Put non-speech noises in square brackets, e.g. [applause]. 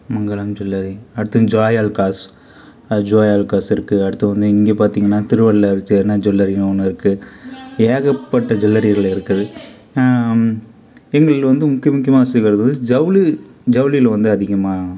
மங்களம் jewellery அடுத்து Joy Alukkas Joy Alukkas இருக்கு அடுத்து வந்து இங்கே பார்த்திங்கன்னா திருவள்ளர் [unintelligible] ஜூவல்லரின்னு ஒன்று இருக்கு ஏகப்பட்ட ஜூவல்லரிகள் இருக்குது எங்கள்தில் வந்து முக்கிய முக்கியமான [unintelligible] ஜவுளி ஜவுளியில வந்து அதிகமாக